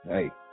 Hey